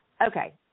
Okay